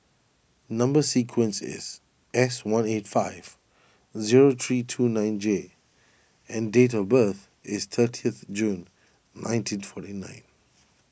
Number Sequence is S one eight five zero three two nine J and date of birth is thirtieth June nineteen twenty nine